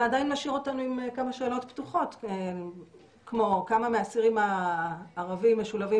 זה עדיין משאיר אותנו עם כמה שאלות פתוחות כמה מהאסירים הערבים משולבים